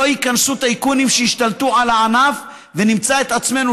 שלא ייכנסו טייקונים שישתלטו על הענף ונמצא את עצמנו